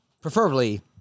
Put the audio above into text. Preferably